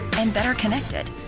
and better connected.